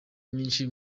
nyinshi